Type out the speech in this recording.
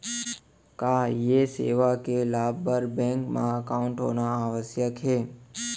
का ये सेवा के लाभ बर बैंक मा एकाउंट होना आवश्यक हे